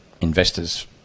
investors